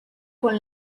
con